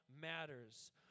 matters